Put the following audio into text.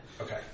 Okay